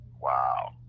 wow